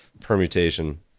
permutation